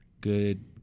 good